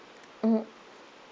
mmhmm